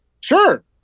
Sure